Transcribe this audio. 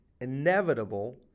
inevitable